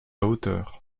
hauteur